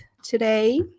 Today